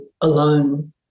alone